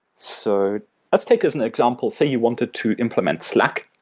so let's take as an example, say you wanted to implement slack.